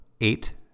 Eight